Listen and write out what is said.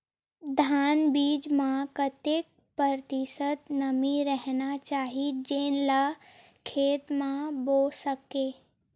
धान बीज म कतेक प्रतिशत नमी रहना चाही जेन ला खेत म बो सके?